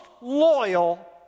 loyal